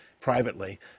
privately